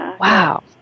Wow